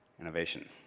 Innovation